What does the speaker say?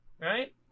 right